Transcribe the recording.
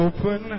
Open